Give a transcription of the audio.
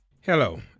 Hello